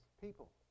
people